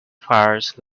fires